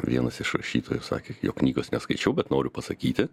vienas iš rašytojų sakė jog knygos neskaičiau bet noriu pasakyti